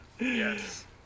Yes